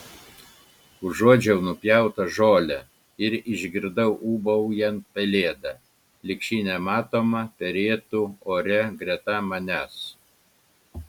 užuodžiau nupjautą žolę ir išgirdau ūbaujant pelėdą lyg ši nematoma perėtų ore greta manęs